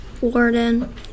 warden